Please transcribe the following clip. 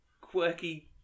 quirky